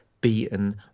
beaten